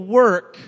work